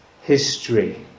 history